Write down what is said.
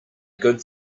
good